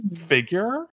Figure